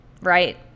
right